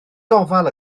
gofal